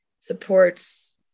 supports